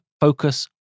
focus